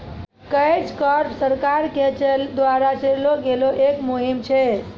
catch crop सरकार के द्वारा चलैलो गेलो एक मुहिम छै